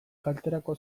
kalterako